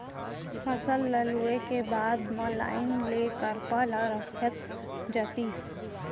फसल ल लूए के बाद म लाइन ले करपा ल रखत जातिस